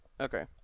Okay